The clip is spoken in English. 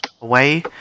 away